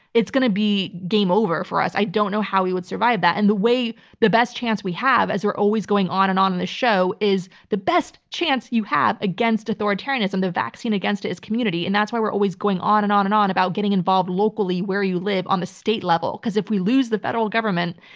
it's going to be game over for us. i don't know how we would survive that. and the best chance we have, as we're always going on and on in this show, is the best chance you have against authoritarianism, the vaccine against it is community, and that's why we're always going on and on and on about getting involved locally where you live on the state level. because if we lose the federal government,